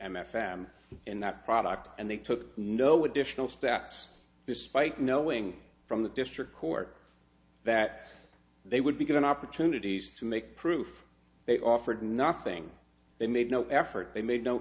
m in that product and they took no additional steps despite knowing from the district court that they would be given opportunities to make proof they offered nothing they made no effort they made no